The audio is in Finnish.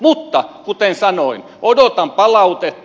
mutta kuten sanoin odotan palautetta